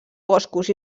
boscos